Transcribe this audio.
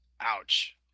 Ouch